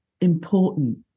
important